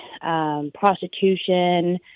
prostitution